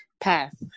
path